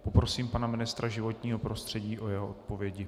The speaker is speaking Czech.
Poprosím pana ministra životního prostředí o jeho odpovědi.